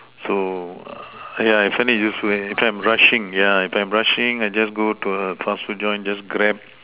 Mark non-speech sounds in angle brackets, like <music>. so <noise> yeah I find it useful if I'm rushing yeah if I'm rushing I just go to a fast food joint just Grab